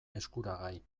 eskuragai